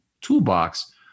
toolbox